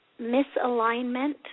misalignment